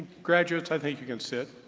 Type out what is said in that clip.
graduates, i think you can sit,